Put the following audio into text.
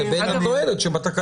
לבין התועלת שבתקנות.